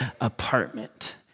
apartment